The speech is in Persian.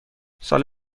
سال